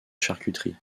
charcuterie